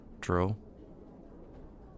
True